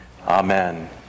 Amen